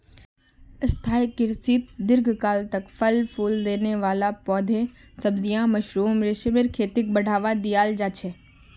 स्थाई कृषित दीर्घकाल तक फल फूल देने वाला पौधे, सब्जियां, मशरूम, रेशमेर खेतीक बढ़ावा दियाल जा छे